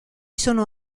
sono